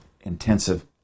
intensive